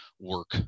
work